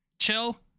chill